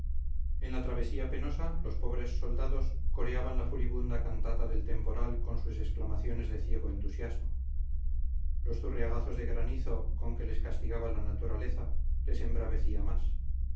en la travesía penosa los pobres soldados coreaban la furibunda cantata del temporal con sus exclamaciones de ciego entusiasmo los zurriagazos de granizo con que les castigaba la naturaleza les embravecía más